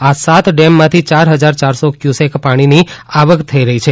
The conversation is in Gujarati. આ સાત ડેમમાંથી ચાર હજાર ચાર સો કવુસેક પાણીની આવક થઇ રહી છે